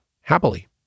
happily